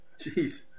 Jeez